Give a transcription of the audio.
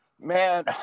Man